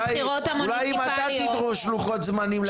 אולי אם אתה תדרוש לוחות זמנים .